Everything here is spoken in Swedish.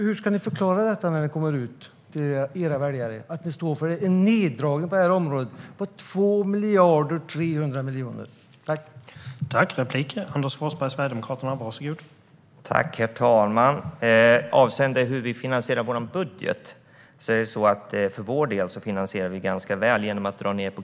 När detta kommer ut till era väljare, hur ska ni förklara att ni står för en neddragning med 2 miljarder och 300 miljoner på detta område?